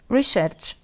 Research